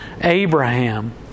Abraham